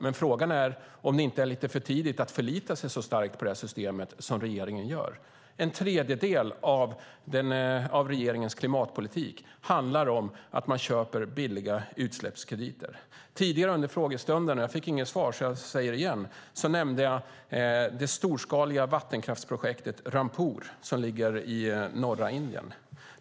Men frågan är om det inte är lite för tidigt att förlita sig så starkt som regeringen gör på det här systemet. En tredjedel av regeringens klimatpolitik handlar om att man köper billiga utsläppskrediter. Tidigare under frågestunden nämnde jag det storskaliga vattenkraftsprojektet Rampur som ligger i norra Indien.